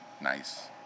nice